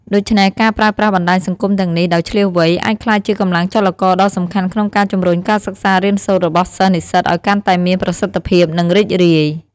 ដូច្នេះការប្រើប្រាស់បណ្តាញសង្គមទាំងនេះដោយឈ្លាសវៃ អាចក្លាយជាកម្លាំងចលករដ៏សំខាន់ក្នុងការជំរុញការសិក្សារៀនសូត្ររបស់សិស្សនិស្សិតឲ្យកាន់តែមានប្រសិទ្ធភាព និងរីករាយ។